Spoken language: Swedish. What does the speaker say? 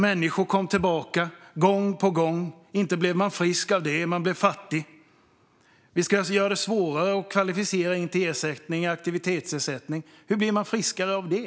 Människor kom tillbaka gång på gång. Inte blev man frisk av det - man blev fattig! Vi ska alltså göra det svårare att kvalificera sig för aktivitetsersättning. Hur blir man friskare av det?